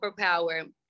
superpower